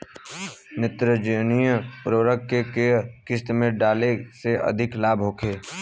नेत्रजनीय उर्वरक के केय किस्त में डाले से अधिक लाभ होखे?